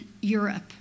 Europe